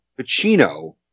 pacino